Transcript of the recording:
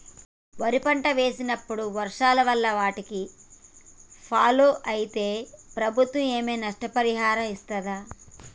వరి పంట వేసినప్పుడు వర్షాల వల్ల వారిని ఫాలో అయితే ప్రభుత్వం ఏమైనా నష్టపరిహారం ఇస్తదా?